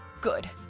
Good